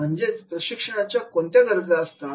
म्हणजेच प्रशिक्षणाच्या कोणत्या गरजा असतात